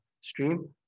stream